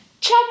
check